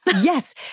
Yes